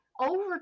over